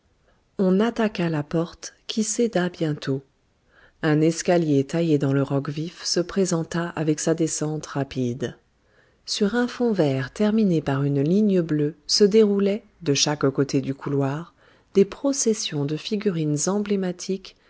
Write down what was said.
on attaqua la porte qui céda bientôt un escalier taillé dans le roc vif se présenta avec sa descente rapide sur un fond vert terminé par une ligne bleue se déroulaient de chaque côté du couloir des processions de figurines emblématiques